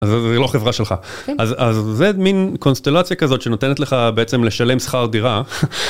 זה לא חברה שלך, אז זה מין קונסטלציה כזאת שנותנת לך בעצם לשלם שכר דירה.